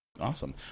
Awesome